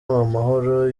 amahoro